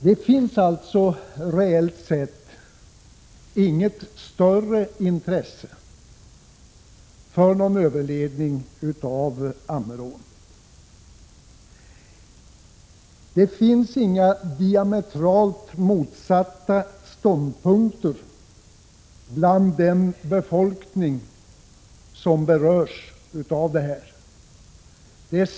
Det finns alltså reellt sett inget större intresse för någon överledning av Ammerån. Det finns inga diametralt motsatta ståndpunkter hos den befolkning som berörs av det här.